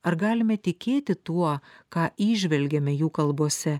ar galime tikėti tuo ką įžvelgiame jų kalbose